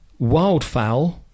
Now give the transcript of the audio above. Wildfowl